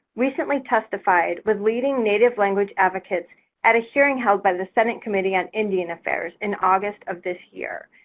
recently testified with leading native language advocates at a hearing held by the senate committee on indian affairs in august of this year.